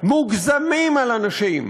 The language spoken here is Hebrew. מוגזמים על אנשים,